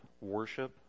worship